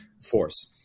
force